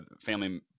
family